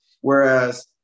Whereas